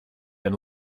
and